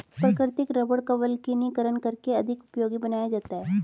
प्राकृतिक रबड़ का वल्कनीकरण करके अधिक उपयोगी बनाया जाता है